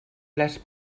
les